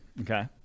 Okay